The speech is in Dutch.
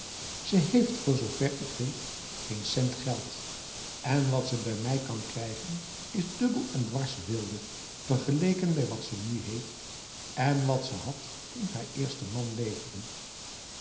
ze heeft voorzover ik weet geen cent geld en wat ze bij mij kan krijgen is dubbel en dwars weelde vergeleken bij wat ze nu heeft en wat ze had toen haar eerste man leefde